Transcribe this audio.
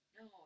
no